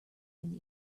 when